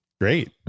great